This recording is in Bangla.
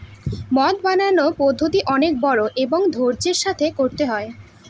মদ বানানোর পদ্ধতি অনেক বড়ো এবং ধৈর্য্যের সাথে করতে হয়